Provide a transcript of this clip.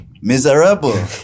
miserable